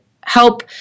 help